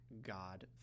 God